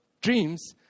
dreams